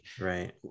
right